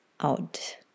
out